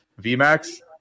Vmax